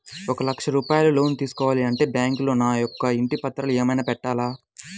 ఒక లక్ష రూపాయలు లోన్ తీసుకోవాలి అంటే బ్యాంకులో నా యొక్క ఇంటి పత్రాలు ఏమైనా పెట్టాలా?